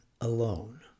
alone